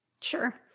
Sure